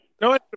No